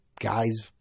guys